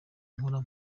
nkora